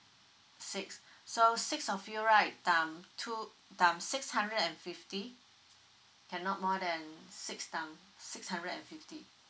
six so six of you right times two times six hundred and fifty cannot more than six times six hundred and fifty